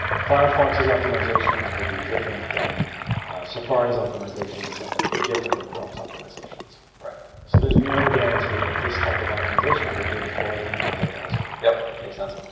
firefox's optimizations will be different than safari's optimizations, and they'll be different than chrome's optimizations. so there's no guarantee that this type of optimization will be employed in another browser yeah, makes sense.